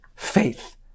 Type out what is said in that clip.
Faith